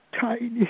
tiny